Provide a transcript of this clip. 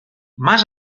más